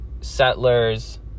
Settlers